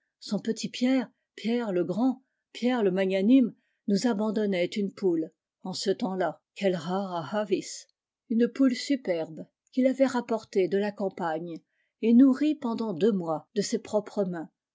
son petit pierre pierre le grand pierre le magnanime nous abandonnait une poule en ce temps-là quelle rara avis une poule superbe qu'il avait rapportée de la campagne et nourrie pendant deux mois de ses propres mains